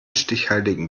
stichhaltigen